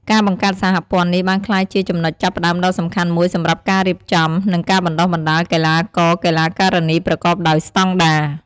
ការបង្កើតសហព័ន្ធនេះបានក្លាយជាចំណុចចាប់ផ្តើមដ៏សំខាន់មួយសម្រាប់ការរៀបចំ និងការបណ្ដុះបណ្ដាលកីឡាករ-កីឡាការិនីប្រកបដោយស្តង់ដារ។